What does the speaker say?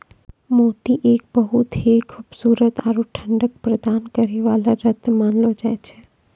मोती एक बहुत हीं खूबसूरत आरो ठंडक प्रदान करै वाला रत्न मानलो जाय छै